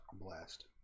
blast